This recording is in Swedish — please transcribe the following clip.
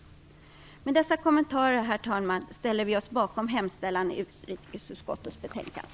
Med dessa kommentarer, herr talman, ställer vi oss bakom hemställan i utrikesutskottets betänkande.